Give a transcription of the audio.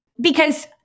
Because-